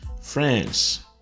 France